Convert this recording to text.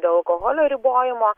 dėl alkoholio ribojimo